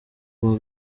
kuwa